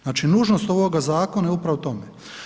Znači, nužnost ovoga zakona je upravo o tome.